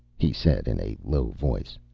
he said, in a low voice.